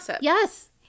Yes